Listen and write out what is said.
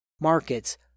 markets